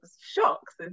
shocks